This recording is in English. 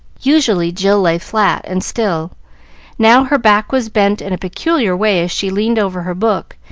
usually, jill lay flat and still now her back was bent in a peculiar way as she leaned over her book,